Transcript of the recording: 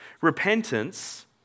Repentance